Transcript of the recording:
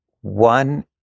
One